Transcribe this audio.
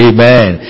Amen